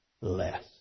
less